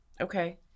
Okay